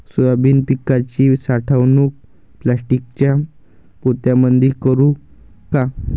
Soybean पिकाची साठवणूक प्लास्टिकच्या पोत्यामंदी करू का?